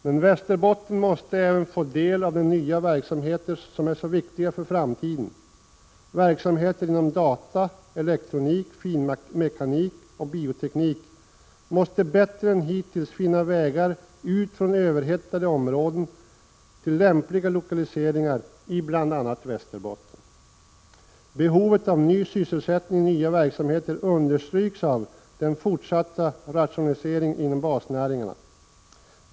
Men Västerbotten måste även få del av de nya verksamheter som är så viktiga för framtiden. Verksamheter inom data, elektronik, finmekanik och bioteknik måste bättre än hittills finna vägar ut från överhettade områden till lämpliga lokaliseringar i bl.a. Västerbotten. Behovet av ny sysselsättning i nya verksamheter understryks av den fortsatta rationaliseringen inom basnäringarna.